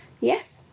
yes